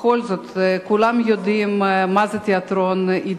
בכל זאת כולם יודעים מה זה תיאטרון "יידישפיל".